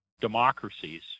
democracies